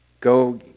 Go